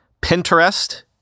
Pinterest